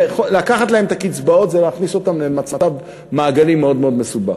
ולקחת להם את הקצבאות זה להכניס אותם למצב מעגלי מאוד מאוד מסובך.